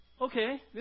okay